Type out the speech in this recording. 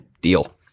Deal